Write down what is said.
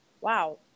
wow